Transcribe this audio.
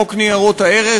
חוק ניירות ערך,